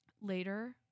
later